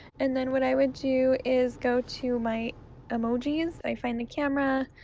and then what i would do is go to my emojis, i find the camera,